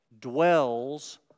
dwells